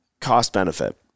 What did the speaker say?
cost-benefit